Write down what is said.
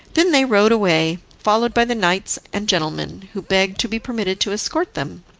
then they rode away, followed by the knights and gentlemen, who begged to be permitted to escort them.